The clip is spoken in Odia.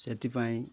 ସେଥିପାଇଁ